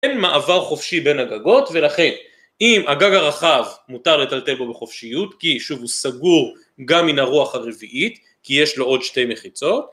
מעבר חופשי בין הגגות ולכן אם הגג הרחב מותר לטלטל בו בחופשיות כי שוב הוא סגור גם מן הרוח הרביעית כי יש לו עוד שתי מחיצות